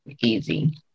easy